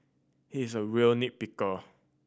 he is a real nit picker